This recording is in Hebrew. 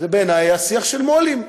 זה, בעיני, היה שיח של מו"לים,